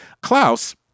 Klaus